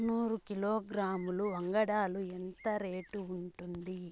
నూరు కిలోగ్రాముల వంగడాలు ఎంత రేటు ఉంటుంది?